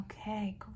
okay